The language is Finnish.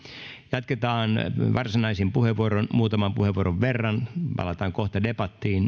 jatketaan varsinaisin puheenvuoroin muutaman puheenvuoron verran palataan kohta debattiin